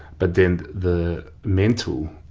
but then the mental,